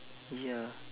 ya